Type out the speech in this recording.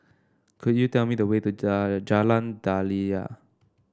could you tell me the way to Jalan Daliah